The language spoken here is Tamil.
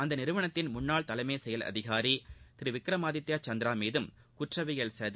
அந்த நிறுவனத்தின் முன்னாள் தலைமைச்செயல் நிர்வாகி திரு விக்ரமாதித்யா சந்திரா மீதும் குற்றவியல் சதி